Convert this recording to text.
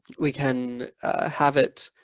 we can have it